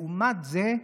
לעומת זאת,